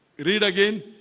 read again.